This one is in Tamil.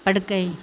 படுக்கை